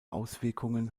auswirkungen